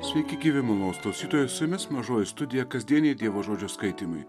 sveiki gyvi malonūs klausytojai su jumis mažoji studija kasdieniai dievo žodžio skaitymai